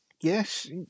Yes